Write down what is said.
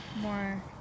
more